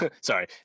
sorry